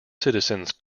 citizens